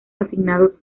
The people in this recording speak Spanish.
asignados